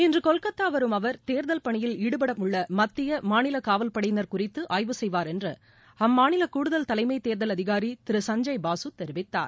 இன்றுகொல்கத்தாவரும் அவர் தேர்தல் பணியில் ஈடுபடுத்தப்படவுள்ளமத்திய மாநிலகாவல்படையினர் குறித்துஆய்வு செய்வார் என்றுஅம்மாநிலகூடுதல் தலைமைதேர்தல் அதிகாரிதிரு சஞ்சய் பாசுதெரிவித்தார்